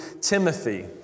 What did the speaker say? Timothy